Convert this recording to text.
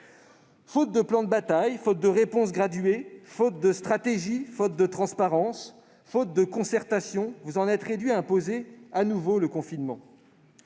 Faute de plan de bataille, faute de réponse graduée, faute de stratégie, faute de transparence, faute de concertation, vous en êtes réduit à imposer de nouveau le confinement.